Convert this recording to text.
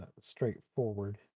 straightforward